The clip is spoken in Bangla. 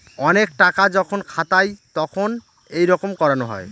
অনেক টাকা যখন খাতায় তখন এইরকম করানো হয়